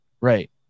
Right